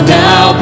now